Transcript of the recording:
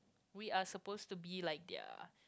we are supposed to be like their